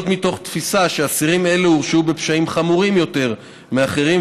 מתוך תפיסה שאסירים אלה הורשעו בפשעים חמורים יותר מאחרים,